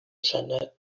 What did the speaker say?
centre